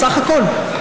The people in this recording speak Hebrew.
בסך הכול.